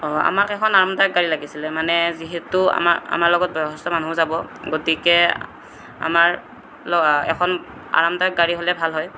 অঁ আমাক এখন আৰামদায়ক গাড়ী লাগিছিলে মানে যিহেতু আমাৰ আমাৰ লগত বয়সস্থ মানুহো যাব গতিকে আমাৰ এখন আৰামদায়ক গাড়ী হ'লে ভাল হয়